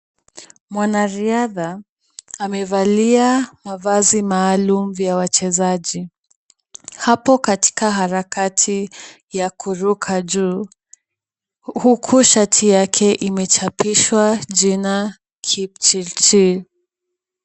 Mwanariadha amevalia mavazi maalum vya wachezaji. Hapo katika harakati ya kuruka juu huku shati yake imechapishwa jina Kipchirchir.